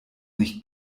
nicht